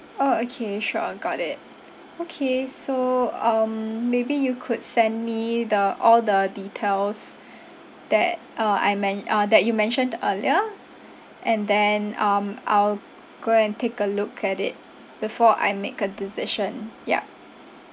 orh okay sure got it okay so um maybe you could send me the all the details that uh I men~ uh that you mentioned earlier and then um I will go and take a look at it before I make a decision yup